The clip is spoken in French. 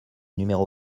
numéro